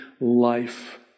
life